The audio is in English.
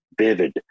vivid